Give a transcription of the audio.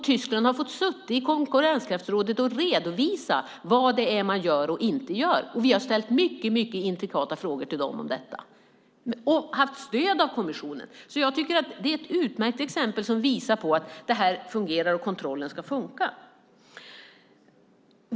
Tyskland har fått sitta i konkurrenskraftsrådet och redovisa vad det är man gör och inte gör. Vi har ställt mycket intrikata frågor till dem om detta och har haft stöd av kommissionen. Jag tycker att det är ett utmärkt exempel som visar att det här fungerar. Kontrollen ska funka.